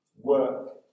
work